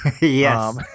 Yes